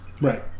Right